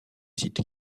sites